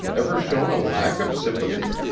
ever shown a lack of sympathy,